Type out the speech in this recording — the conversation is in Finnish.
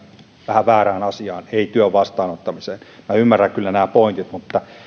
vähän väärään asiaan ei työn vastaanottamiseen ymmärrän kyllä nämä pointit mutta